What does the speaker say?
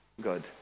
good